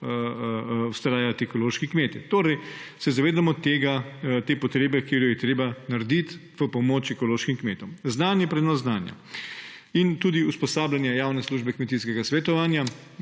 vztrajati ekološki kmetje. Torej se zavedamo te potrebe, katero je treba narediti v pomoč ekološkim kmetom. Znanje in prenos znanja in tudi usposabljanje javne službe kmetijskega svetovanja.